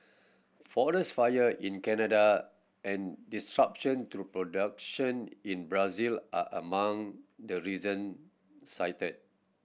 forest fire in Canada and disruption to production in Brazil are among the reason cited